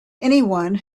anyone